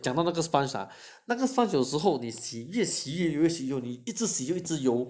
讲到那个 sponge ah 那个 sponge 有时候你洗越洗越油腻一直洗一直油